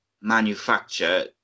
manufacture